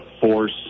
force